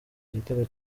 igitego